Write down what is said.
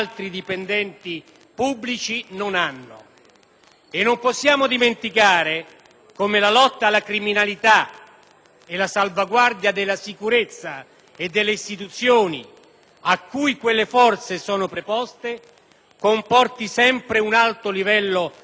non possiamo dimenticare come la lotta alla criminalità e la salvaguardia della sicurezza e delle istituzioni, a cui quelle forze sono preposte, comporti sempre un alto livello di rischio per gli appartenenti ad esse.